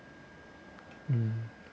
uh